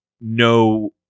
no